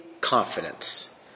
confidence